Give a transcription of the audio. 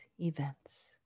events